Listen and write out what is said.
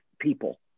people